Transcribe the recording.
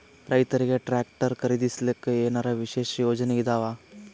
ರೈತರಿಗೆ ಟ್ರಾಕ್ಟರ್ ಖರೀದಿಸಲಿಕ್ಕ ಏನರ ವಿಶೇಷ ಯೋಜನೆ ಇದಾವ?